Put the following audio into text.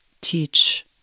teach